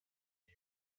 die